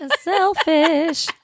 Selfish